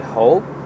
hope